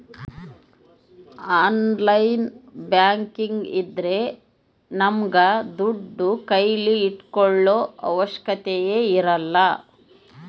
online banking ಇದ್ರ ನಮ್ಗೆ ದುಡ್ಡು ಕೈಲಿ ಇಟ್ಕೊಳೋ ಅವಶ್ಯಕತೆ ಇರಲ್ಲ